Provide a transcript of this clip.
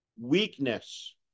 Weakness